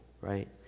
right